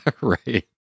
right